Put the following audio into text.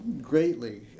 greatly